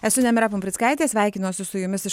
esu nemira pumprickaitė sveikinuosi su jumis iš